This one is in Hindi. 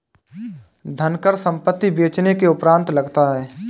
धनकर संपत्ति बेचने के उपरांत लगता है